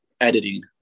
editing